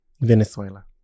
Venezuela